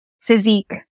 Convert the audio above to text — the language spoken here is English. physique